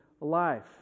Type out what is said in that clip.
life